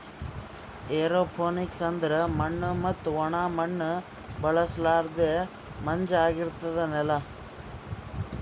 aeroponics ಅಂದುರ್ ಮಣ್ಣು ಮತ್ತ ಒಣ ಮಣ್ಣ ಬಳುಸಲರ್ದೆ ಮಂಜ ಆಗಿರದ್ ನೆಲ